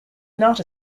not